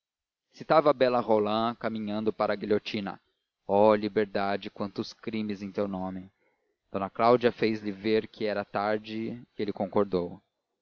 citava a bela roland caminhando para a guilhotina ó liberdade quantos crimes em teu nome d cláudia fez-lhe ver que era tarde e ele concordou